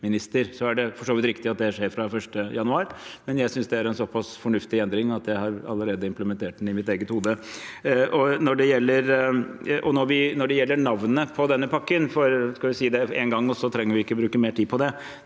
Så er det for så vidt riktig at det skjer fra 1. januar, men jeg synes det er en såpass fornuftig endring at jeg allerede har implementert den i mitt eget hode. Når det gjelder navnet på denne pakken, kan vi si det én gang, og så trenger vi ikke bruke mer tid på det.